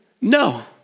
no